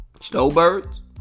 Snowbirds